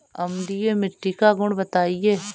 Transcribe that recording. अम्लीय मिट्टी का गुण बताइये